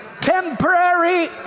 temporary